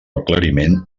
aclariment